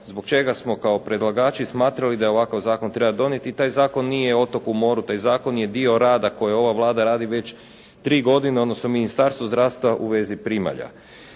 zbog čega smo kao predlagači smatrali da ovakav zakon treba donijeti i taj zakon nije otok u moru, taj zakon je dio rada koji ova Vlada radi već tri godine, odnosno Ministarstvo zdravstva u vezi primalja.